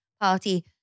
party